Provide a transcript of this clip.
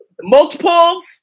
multiples